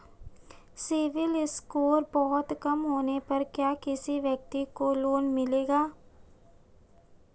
CIBIL score बहुत कम होने पर क्या किसी व्यक्ति को लोंन मिलेगा?